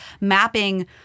mapping